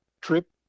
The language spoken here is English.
trip